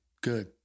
Good